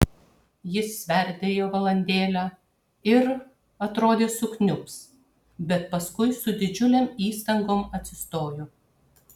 jis sverdėjo valandėlę ir atrodė sukniubs bet paskui su didžiulėm įstangom atsistojo